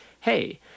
hey